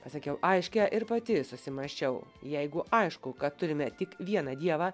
pasakiau aiškią ir pati susimąsčiau jeigu aišku kad turime tik vieną dievą